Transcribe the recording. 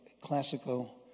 Classical